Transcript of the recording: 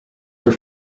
were